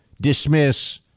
dismiss